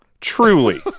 truly